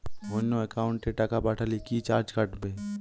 অন্য একাউন্টে টাকা পাঠালে কি চার্জ কাটবে?